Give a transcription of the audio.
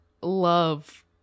love